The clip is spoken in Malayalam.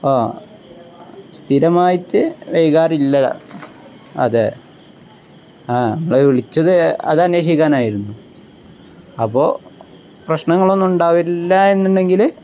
ആ സ്ഥിരമായിട്ട് വൈകാറില്ല അതെ ആ നമ്മൾ വിളിച്ചത് അത് അന്വേഷിക്കാനായിരുന്നു അപ്പോൾ പ്രശ്നങ്ങളൊന്നും ഉണ്ടാവില്ല എന്നുണ്ടെങ്കിൽ